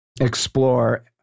explore